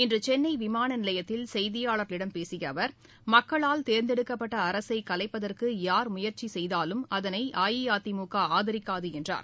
இன்று சென்னை விமான நிலையத்தில் செய்தியாளா்களிடம் பேசிய அவா் மக்களால் தேர்ந்தெடுக்கப்பட்ட அரசை கலைப்பதற்கு யார் முயற்சி செய்தாலும் அதளை அஇஅதிமுக ஆதரிக்காது என்றார்